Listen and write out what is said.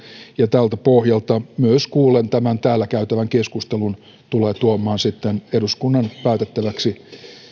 ja tältä pohjalta myös kuullen tämän täällä käytävän keskustelun tulee tuomaan eduskunnan päätettäväksi